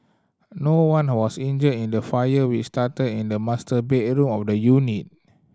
no one was injured in the fire which started in the master bedroom of the unit